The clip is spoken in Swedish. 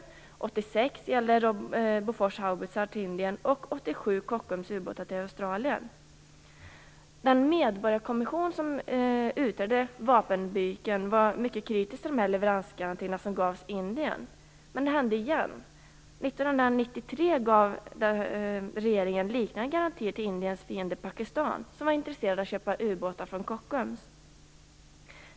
År 1986 gällde det Bofors haubitsar till Indien, och år 1987 Kockums ubåtar till Den medborgarkommission som utredde vapenbyken var mycket kritisk till de här leveransgarantierna som gavs till Indien, men det hände igen. År 1993 gav regeringen liknande garantier till Indiens fiende Pakistan som var intresserade av att köpa ubåtar från Kockums.